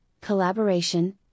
collaboration